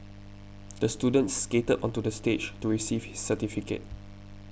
the student skated onto the stage to receive his certificate